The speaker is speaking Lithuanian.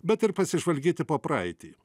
bet ir pasižvalgyti po praeitį